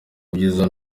kugeza